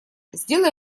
сделай